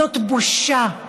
זאת בושה,